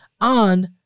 on